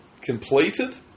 completed